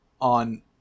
on